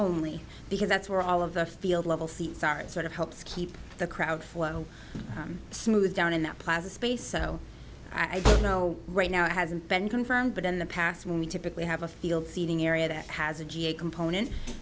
only because that's where all of the field level seats are it sort of helps keep the crowd flow smooth down in that plaza space so i know right now it hasn't been confirmed but in the past when we typically have a field seating area that has a ga component